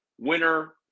winner